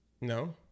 No